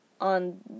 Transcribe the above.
on